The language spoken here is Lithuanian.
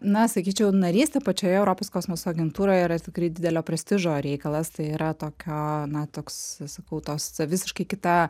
na sakyčiau narystė pačioje europos kosmoso agentūroje yra tikrai didelio prestižo reikalas tai yra tokio na toks sakau tos visiškai kita